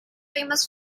famous